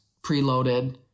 preloaded